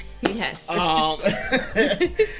Yes